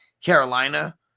Carolina